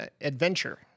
adventure